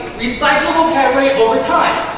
recycle vocabulary over time.